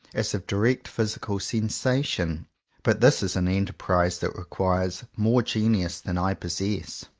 as of direct physical sensation but this is an enterprise that requires more genius than i possess.